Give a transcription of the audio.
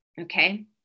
Okay